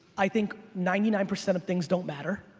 i think ninety nine percent of things don't matter.